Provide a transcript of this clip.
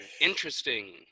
Interesting